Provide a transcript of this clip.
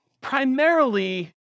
primarily